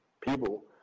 people